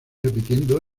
repitiendo